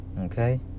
Okay